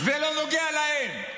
זה לא נוגע להם.